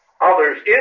others